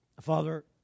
Father